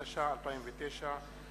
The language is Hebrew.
התש"ע 2009,